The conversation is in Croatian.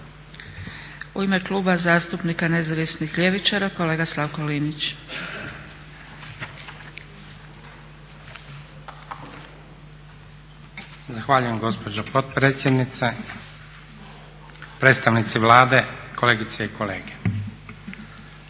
U ime Kluba zastupnika Nezavisnih ljevičara kolega Slavko Linić. **Linić, Slavko (Nezavisni)** Zahvaljujem gospođo potpredsjednice, predstavnici Vlade, kolegice i kolege.